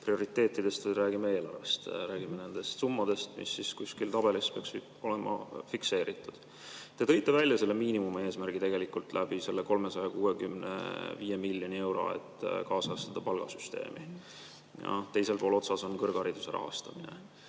prioriteetidest, vaid räägime eelarvest, räägime nendest summadest, mis kuskil tabelis peaks olema fikseeritud. Te tõite välja miinimumeesmärgi tegelikult selle 365 miljoni euro kaudu, et kaasajastada palgasüsteemi. Teisel pool otsas on kõrghariduse rahastamine.